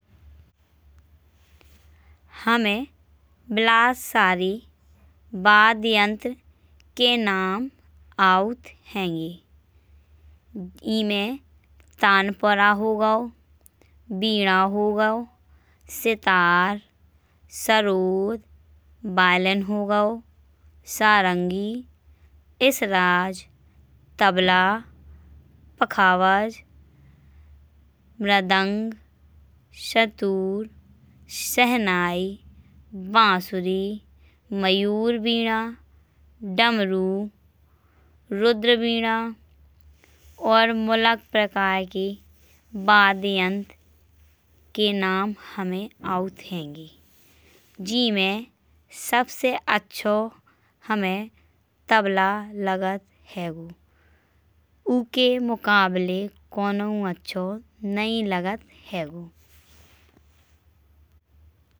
हमे बिलात सारे वाद्यंत्र के नाम आगत हैंगे। एमे तानपुरा हो गयो बीड़ा हो गयो, सितार, सरोद, वायलिन हो गयो। सारंगी, इसराज, तबला, पखावज, मृदंग, सातुर, शहनाई। बांसुरी, मयूर, बीड़ा, डमरू, रुद्र, बीड़ा, और मुलक प्रकार के वाद्यंत्र के नाम हमे आगत हैंगे। जिमे सबसे अच्छा तबला हमें लागत हैंगो। उके मुकाबले कउनो अच्छा नहीं लागत हैंगो।